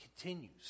continues